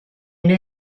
new